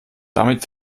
damit